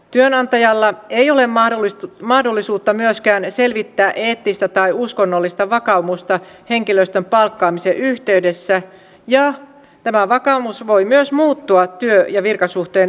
työnantajalla ei ole mahdollisuutta myöskään selvittää eettistä tai uskonnollista vakaumusta henkilöstön palkkaamisen yhteydessä ja tämä vakaumus voi myös muuttua työ ja virkasuhteen aikana